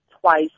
twice